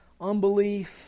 unbelief